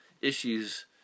issues